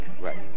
right